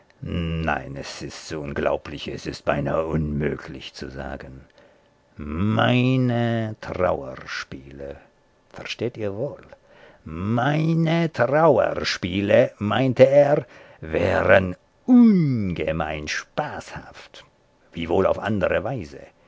nein es ist unglaublich es ist beinahe unmöglich zu sagen meine trauerspiele versteht ihr wohl meine trauerspiele meinte er wären ungemein spaßhaft wiewohl auf andere weise